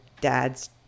dad's